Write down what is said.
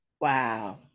Wow